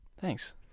Thanks